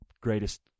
greatest